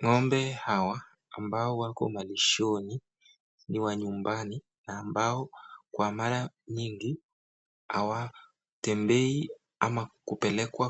Ng'ombe hawa ambao wako malishoni, ni wa nyumbani ambao kwa mara nyingi hawatembei ama kupelekwa